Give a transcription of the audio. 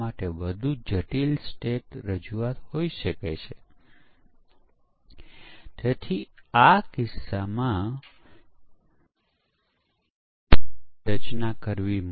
અને જેઓ એક ફિલ્ટરથી બચી ગઈ છે તે જ ફિલ્ટરની વધુ એપ્લિકેશનો તેના પર ખૂબ અસરકારક નથી